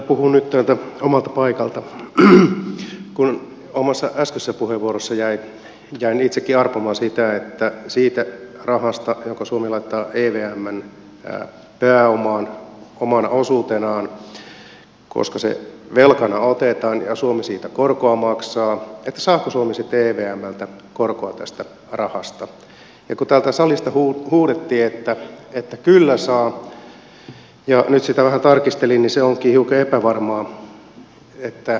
puhun nyt täältä omalta paikaltani kun äskeisessä omassa puheenvuorossani jäin itsekin arpomaan siitä rahasta jonka suomi laittaa evmn pääomaan omana osuutenaan koska se velkana otetaan ja suomi siitä korkoa maksaa että saako suomi sitten evmltä korkoa tästä rahasta ja kun täältä salista huudettiin että kyllä saa ja nyt sitä vähän tarkistelin niin se onkin hiukan epävarmaa saako